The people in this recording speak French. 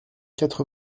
quatre